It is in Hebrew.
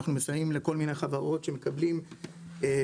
אנחנו מסייעים לכל מיני חברות שמקבלים עידוד